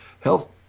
health